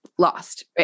lost